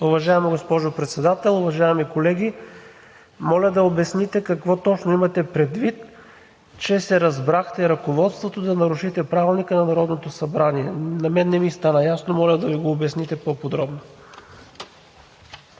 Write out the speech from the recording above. Уважаема госпожо Председател, уважаеми колеги! Моля да обясните какво точно имате предвид, че се разбрахте ръководството да нарушите Правилника на Народното събрание? На мен не ми стана ясно. Моля да ми го обясните по подробно.